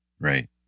Right